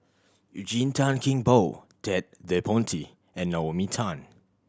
Eugene Tan Kheng Boon Ted De Ponti and Naomi Tan